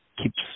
Keeps